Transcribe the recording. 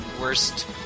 worst